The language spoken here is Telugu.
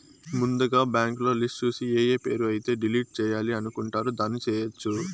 ముందుగా బ్యాంకులో లిస్టు చూసి ఏఏ పేరు అయితే డిలీట్ చేయాలి అనుకుంటారు దాన్ని చేయొచ్చు